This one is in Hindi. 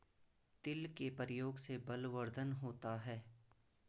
तिल के प्रयोग से बलवर्धन होता है